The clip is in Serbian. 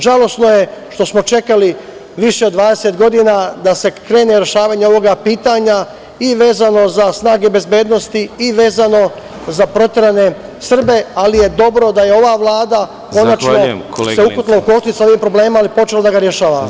Žalosno je što smo čekali više od 20 godina da se krene rešavanje ovog pitanja i vezano za snage bezbednosti i vezano za proterane Srbe, ali je dobro da je ova Vlada konačno počela sa rešavanje ovog problema, ali je počela da ga rešava.